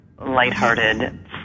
lighthearted